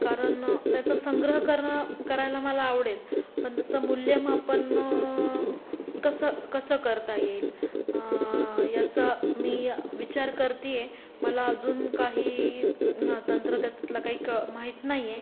कारण त्याचा संग्रह करणं करायला मला आवडेल पण त्याचं मूल्यमापन कसं कसं करता येईल याचा मी विचार करते आहे मला अजून काही तंत्र त्यातला काही क् माहीत नाही आहे